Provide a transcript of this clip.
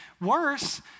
Worse